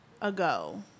ago